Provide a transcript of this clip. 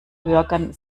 bürgern